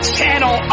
Channel